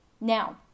Now